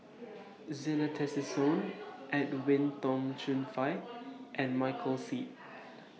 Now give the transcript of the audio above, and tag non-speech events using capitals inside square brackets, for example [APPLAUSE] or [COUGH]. [NOISE] Zena Tessensohn Edwin Tong Chun Fai and Michael Seet